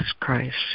christ